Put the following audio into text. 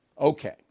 Okay